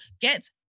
Get